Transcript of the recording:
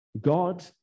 God